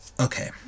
okay